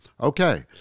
okay